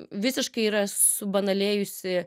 visiškai yra subanalėjusi